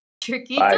Tricky